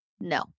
no